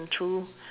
mm true